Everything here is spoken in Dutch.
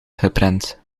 geprent